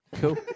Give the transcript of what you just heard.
Cool